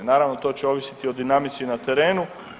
Naravno to će ovisiti o dinamici na terenu.